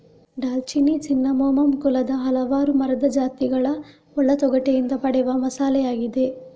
ದಾಲ್ಚಿನ್ನಿ ಸಿನ್ನಮೋಮಮ್ ಕುಲದ ಹಲವಾರು ಮರದ ಜಾತಿಗಳ ಒಳ ತೊಗಟೆಯಿಂದ ಪಡೆದ ಮಸಾಲೆಯಾಗಿದೆ